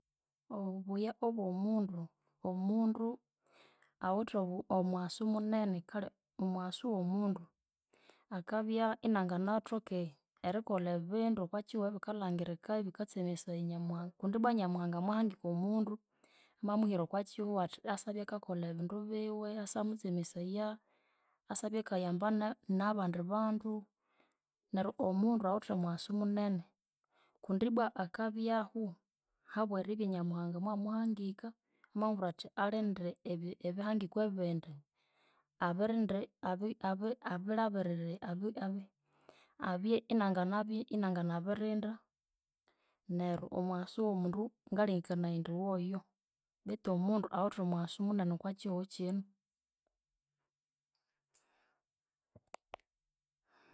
Obubuya obyomundu, omundu awithe omughaso munene kale omughaso wo mundu akabya inanganathoke erikolha ebindu okwakyihughu ebikalhangirika ebikatsemesaya Nyamuhanga. Kundi ibwa nyamuhanga mwahangika omundu amamuhira okwakyihughu athi asyabya akakolha ebindu biwe, asya mutsemesaya, asyabya akayamba nabandi bandu. Neryu omundu awithe omughasu munene. Kundi ibwa akabyahu habweribya Nyamuhanga mwahangika amamubwira athi alinde ebi- ebihangikwa ebindi. Abirinde abi- abilhabirire abye inanganabi inanganabirinda. Neryu omughaso womundu ngalengekanaya indi woyo betu omundu awithe omughaso munene okwakyihughu kyino.